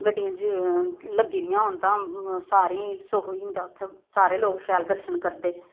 गड्डियां लग्गी दियां होन तां सारें गी सुख होई जंदा उत्थें सारे लोक शैल दर्शन करदे